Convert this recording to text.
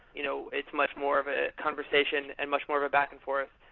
you know it's much more of a conversation and much more of a back and forth,